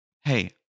hey